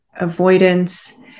avoidance